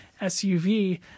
SUV